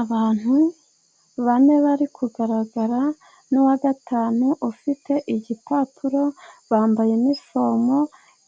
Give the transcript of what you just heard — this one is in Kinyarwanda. Abantu bane bari kugaragara n'uwa gatanu ufite igipapuro. Bambaye inifomo